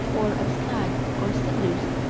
or of slag or cinders,